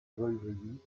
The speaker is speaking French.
voïvodie